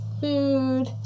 food